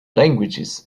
languages